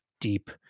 deep